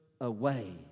away